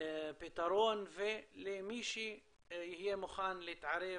פתרון ולמי שיהיה מוכן להתערב